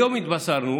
היום התבשרנו